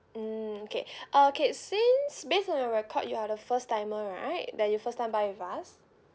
mm okay okay since based on your record you are the first timer right that you first time buy with us